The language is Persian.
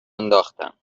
انداختن